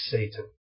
Satan